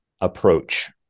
approach